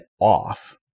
off